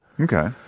Okay